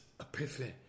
epiphany